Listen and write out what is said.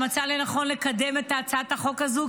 שמצא לנכון לקדם את הצעת החוק הזו,